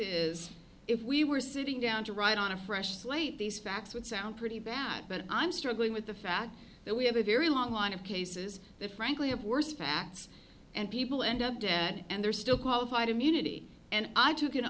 is if we were sitting down to write on a fresh slate these facts would sound pretty bad but i'm struggling with the fact that we have a very long line of cases that frankly have worse facts and people end up dead and they're still qualified immunity and i took an